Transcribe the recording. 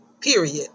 period